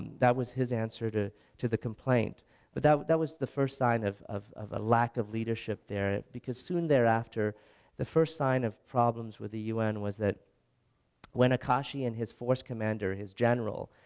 that was his answer to to the complaint but that that was the first sign of of a lack of leadership there because soon there after the first sign of problems with the un was that when nakashi and his force commander, his general,